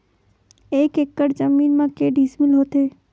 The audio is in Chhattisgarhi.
एक एकड़ जमीन मा के डिसमिल होथे?